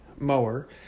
Mower